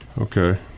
Okay